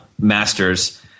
masters